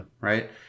right